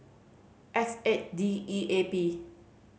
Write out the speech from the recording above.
X eight D E A P